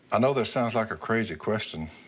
i know this sounds like a crazy question.